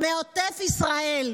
מעוטף ישראל,